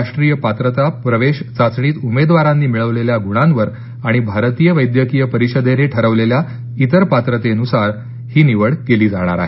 राष्ट्रीय पात्रता प्रवेश चाचणीत उमेदवारांनी मिळवलेल्या गुणांवर आणि भारतीय वैद्यकीय परिषदेने ठरवलेल्या इतर पात्रतेनुसार ही निवड केली जाणार आहे